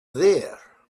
there